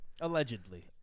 Allegedly